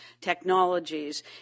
technologies